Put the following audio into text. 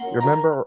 remember